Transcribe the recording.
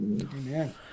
Amen